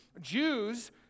Jews